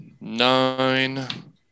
nine